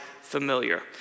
familiar